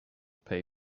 pay